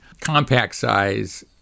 compact-size